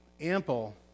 ample